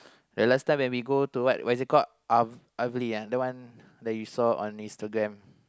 then last time when we go to what what is it called uh Av~ Avly eh the one that you saw on Instagram